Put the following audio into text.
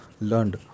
learned